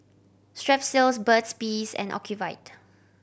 Strepsils Burt's Bees and Ocuvite